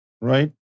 right